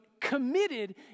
committed